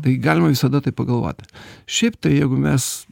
tai galima visada taip pagalvot šiaip tai jeigu mes